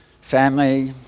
family